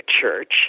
church